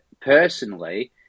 personally